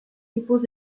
tipus